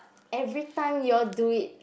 everytime you all do it